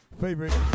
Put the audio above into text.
favorite